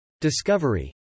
Discovery